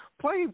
play